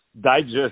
digest